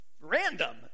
random